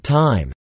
time